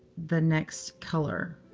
the next color.